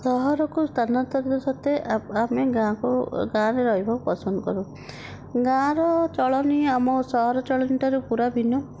ସହରକୁ ସ୍ଥାନାନ୍ତରଣ ସତ୍ତ୍ବେ ଆମେ ଗାଁକୁ ଗାଁରେ ରହିବାକୁ ପସନ୍ଦ କରୁ ଗାଁର ଚଳଣି ଆମ ସହରର ଚଳଣି ଠାରୁ ପୁରା ଭିନ୍ନ